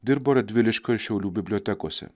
dirbo radviliškio ir šiaulių bibliotekose